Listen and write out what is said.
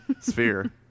Sphere